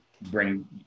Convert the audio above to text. bring